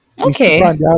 Okay